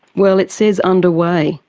well, it says underway,